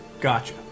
Gotcha